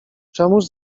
czemuż